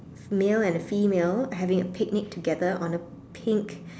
male and a female having a picnic together on a pink